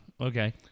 Okay